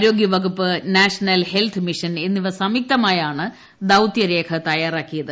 ആരോഗ്യ വകുപ്പ് national health mission എന്നിവ സംയുക്തമായാണ് ദൌത്യരേഖ തയ്യാറാക്കിയത്